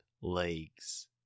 legs